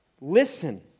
listen